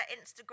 Instagram